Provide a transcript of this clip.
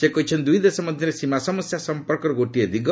ସେ କହିଛନ୍ତି ଦୁଇଦେଶ ମଧ୍ୟରେ ସୀମା ସମସ୍ୟା ସମ୍ପର୍କର ଗୋଟିଏ ଦିଗ